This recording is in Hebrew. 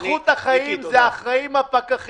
הפקחים אחראים על איכות החיים.